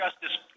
Justice